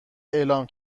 اعلام